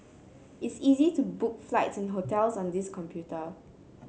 it is easy to book flights and hotels on this computer